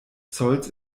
zolls